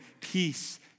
peace